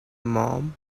mom